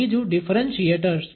બીજું ડિફરન્શીએટર્સ